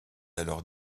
alors